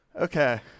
Okay